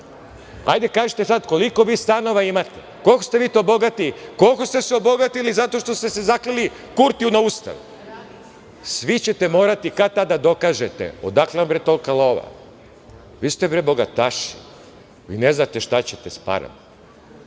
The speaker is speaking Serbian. Hajde kažite sada koliko vi stanova imate? Koliko ste vi to bogati, koliko ste se obogatili zato što ste se zakleli Kurtiju na ustav? Svi ćete morati kad-tad da dokažete odakle vam tolika lova? Vi ste bre bogataši, vi ne znate šta ćete sa parama.